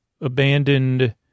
abandoned